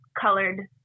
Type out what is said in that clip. colored